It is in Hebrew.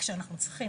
הכנסת,